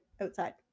outside